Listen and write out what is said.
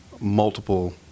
multiple